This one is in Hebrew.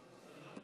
אדוני שר האוצר,